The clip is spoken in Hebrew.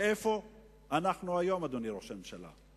ואיפה אנחנו היום, אדוני ראש הממשלה?